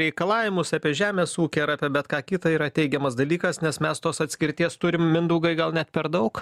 reikalavimus apie žemės ūkį ir apie bet ką kita yra teigiamas dalykas nes mes tos atskirties turime mindaugai gal net per daug